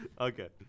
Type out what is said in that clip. Okay